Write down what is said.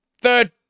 Third